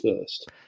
first